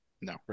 no